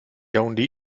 yaoundé